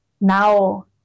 now